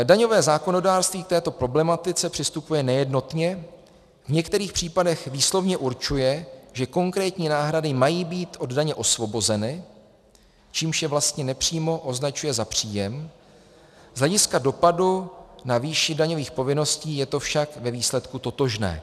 Daňové zákonodárství k této problematice přistupuje nejednotně, v některých případech výslovně určuje, že konkrétní náhrady mají být od daně osvobozeny, čímž je vlastně nepřímo označuje za příjem, z hlediska dopadu na výši daňových povinností je to však ve výsledku totožné.